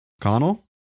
Connell